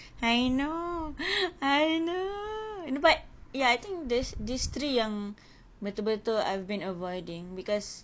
I know I know a~ no but ya I think the~ these three yang betul betul I've been avoiding because